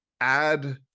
add